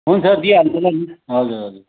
हुन्छ दिइहाल्छु र नि हजुर हजुर